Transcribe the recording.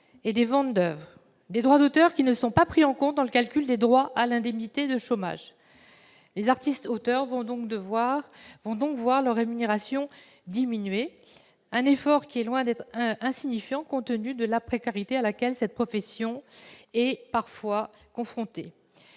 et des ventes d'oeuvres, et les droits d'auteur ne sont pas pris en compte dans le calcul des droits à l'indemnité chômage. Les artistes auteurs vont donc voir leur rémunération diminuer, et c'est là un effort loin d'être insignifiant, compte tenu de la précarité à laquelle cette profession est parfois confrontée.